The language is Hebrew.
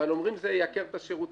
אבל אומרים שזה ייקר את השירותים.